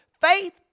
Faith